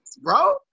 bro